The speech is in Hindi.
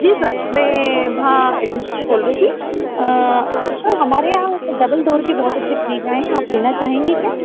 जी सर मैं भा एजेंसी से बोल रही थी सर हमारे यहाँ डबल डोर के बहुत अच्छे फ्रीज़ हैं आप लेना चाहेंगे क्या